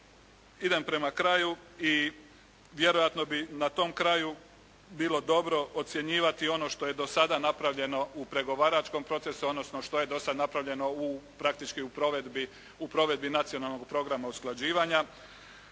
Idem prema kraju i vjerojatno bi na tom kraju bilo dobro ocjenjivati ono što je do sada napravljeno u pregovaračkom procesu odnosno što je do sada napravljeno praktički u provedbi nacionalnog programa usklađivanja.